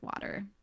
water